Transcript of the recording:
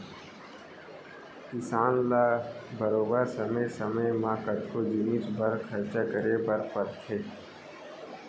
किसान ल बरोबर समे समे म कतको जिनिस बर खरचा करे बर परथे